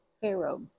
Pharaoh